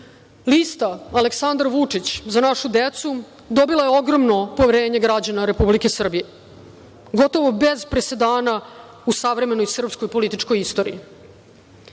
lista Aleksandar Vučić – za našu decu, dobila je ogromno poverenje građana Republike Srbije, gotovo bez presedana u savremenoj srpskoj političkog istoriji. Ovakvo